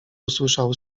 usłyszał